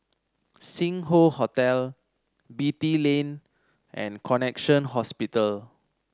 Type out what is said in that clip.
Sing Hoe Hotel Beatty Lane and Connexion Hospital